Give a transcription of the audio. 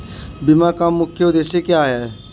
बीमा का मुख्य उद्देश्य क्या है?